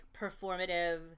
performative